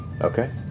Okay